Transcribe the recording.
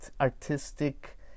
artistic